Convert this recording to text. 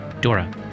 Dora